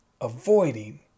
Avoiding